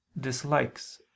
dislikes